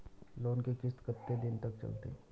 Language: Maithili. लोन के किस्त कत्ते दिन तक चलते?